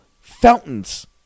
fountains